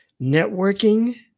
networking